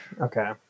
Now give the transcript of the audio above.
okay